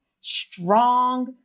strong